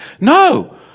No